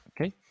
Okay